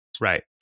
right